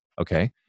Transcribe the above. Okay